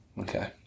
Okay